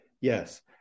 Yes